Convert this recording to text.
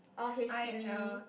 or hastily